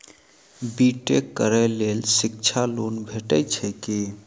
B tech करै लेल शिक्षा लोन भेटय छै की?